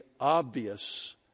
obvious